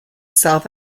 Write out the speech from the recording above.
south